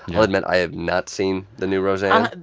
i'll admit i have not seen the new roseanne.